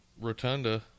Rotunda